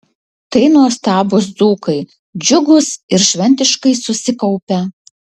tai nuostabūs dzūkai džiugūs ir šventiškai susikaupę